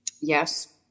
Yes